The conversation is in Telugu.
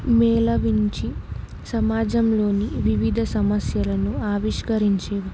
మేళవించి సమాజంలోని వివిధ సమస్యలను ఆవిష్కరించేవా